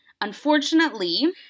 unfortunately